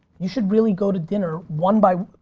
you should really go to dinner one by